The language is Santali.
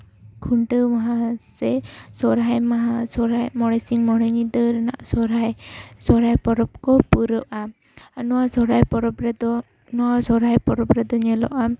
ᱠᱷᱩᱱᱴᱟᱹᱣ ᱢᱟᱦᱟ ᱥᱮ ᱥᱚᱨᱦᱟᱭ ᱢᱟᱦᱟ ᱢᱚᱬᱮ ᱥᱤᱧ ᱢᱚᱬᱮ ᱧᱤᱫᱟᱹ ᱨᱮᱱᱟᱜ ᱥᱚᱨᱦᱟᱭ ᱥᱚᱨᱦᱟᱭ ᱯᱚᱨᱚᱵᱽ ᱠᱚ ᱯᱩᱨᱟᱹᱜᱼᱟ ᱟᱨ ᱱᱚᱣᱟ ᱥᱚᱨᱦᱟᱭ ᱯᱚᱨᱚᱵᱽ ᱨᱮᱫᱚ ᱱᱚᱣᱟ ᱥᱚᱨᱦᱟᱭ ᱯᱚᱨᱚᱵᱽ ᱨᱮᱫᱚ ᱧᱮᱞᱚᱜᱼᱟ